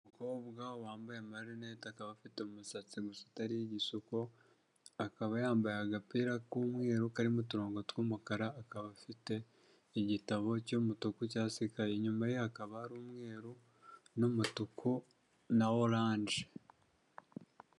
Umukobwa wambaye marinete akaba afite umusatsi gusa utari igisuko, akaba yambaye agapira k'umweru karimo uturongo tw'umukara, akaba afite igitabo cy'umutuku cyangwa se ikaye, inyuma ye hakaba hari umweru n'umutuku na oraje.